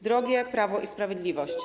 Drogie Prawo i Sprawiedliwość!